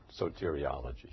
soteriology